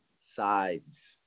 sides